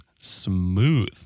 smooth